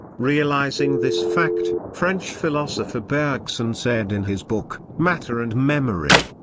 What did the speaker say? realizing this fact, french philosopher bergson said in his book, matter and memory,